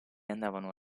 andavano